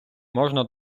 можна